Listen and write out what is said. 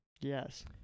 Yes